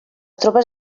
tropes